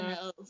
else